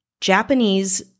Japanese